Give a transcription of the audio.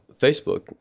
Facebook